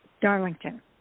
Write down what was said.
Darlington